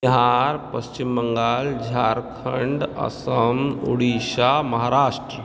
Bihar Paschim Bengal Jharkhand Assam Orissa Maharashtra